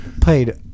played